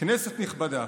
כנסת נכבדה,